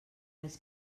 les